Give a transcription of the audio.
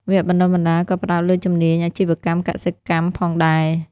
វគ្គបណ្តុះបណ្តាលក៏ផ្តោតលើជំនាញអាជីវកម្មកសិកម្មផងដែរ។